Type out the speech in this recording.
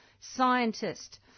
scientist